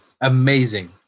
amazing